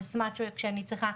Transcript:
מערבת את סמצא'ו כשאני צריכה.